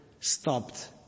stopped